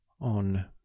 on